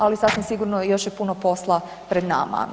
Ali sasvim sigurno još je puno posla pred nama.